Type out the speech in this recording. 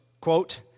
quote